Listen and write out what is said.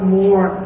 more